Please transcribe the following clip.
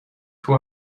two